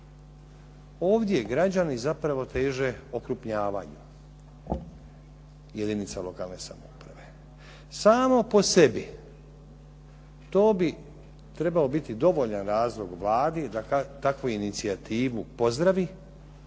Ovdje građani zapravo teže okrupnjavanju jedinica lokalne samouprave. Samo po sebi to bi trebao biti dovoljan razlog Vladi da takvu inicijativu pozdravi,